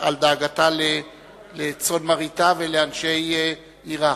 על דאגתה לצאן מרעיתה ולאנשי עירה.